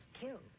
Killed